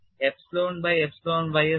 epsilon by epsilon ys 0